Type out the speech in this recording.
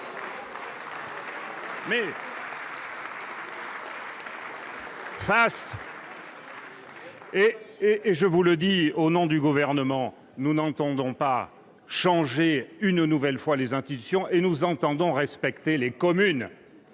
les choses ... Je vous le dis, au nom du Gouvernement, nous n'entendons pas changer une nouvelle fois les institutions. Nous entendons respecter les communes,